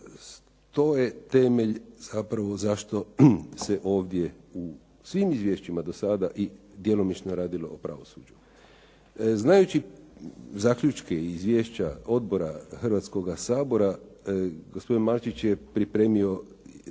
To je temelj zapravo zašto se ovdje u svim izvješćima do sada i djelomično radilo o pravosuđu. Znajući zaključke i izvješća odbora Hrvatskoga sabora, gospodin Malčić je pripremio